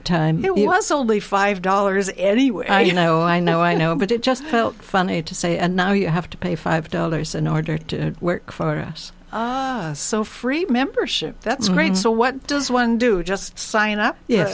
was only five dollars anyway you know i know i know but it just felt funny to say and now you have to pay five dollars in order to for us so free membership that's great so what does one do just sign up ye